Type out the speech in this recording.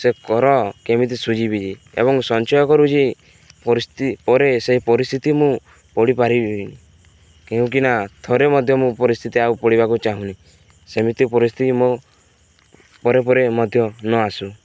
ସେ କର କେମିତି ସୁଝିବି ଯେ ଏବଂ ସଞ୍ଚୟ କରୁଛି ପରେ ସେଇ ପରିସ୍ଥିତି ମୁଁ ପଢ଼ିପାରିବିି କେଉଁକିନା ଥରେ ମଧ୍ୟ ମୁଁ ପରିସ୍ଥିତି ଆଉ ପଡ଼ିବାକୁ ଚାହୁଁନି ସେମିତି ପରିସ୍ଥିତି ମୋ ପରେ ପରେ ମଧ୍ୟ ନ ଆସୁ